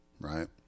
right